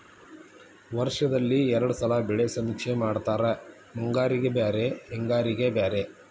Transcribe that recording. ವರ್ಷದಲ್ಲಿ ಎರ್ಡ್ ಸಲಾ ಬೆಳೆ ಸಮೇಕ್ಷೆ ಮಾಡತಾರ ಮುಂಗಾರಿಗೆ ಬ್ಯಾರೆ ಹಿಂಗಾರಿಗೆ ಬ್ಯಾರೆ